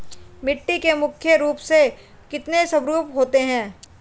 मिट्टी के मुख्य रूप से कितने स्वरूप होते हैं?